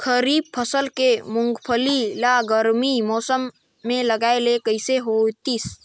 खरीफ फसल के मुंगफली ला गरमी मौसम मे लगाय ले कइसे होतिस?